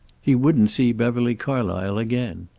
he wouldn't see beverly carlysle again.